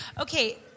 Okay